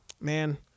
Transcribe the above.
Man